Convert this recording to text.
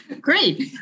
Great